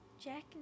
Jack